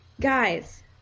guys